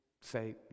say